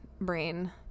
brain